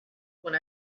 when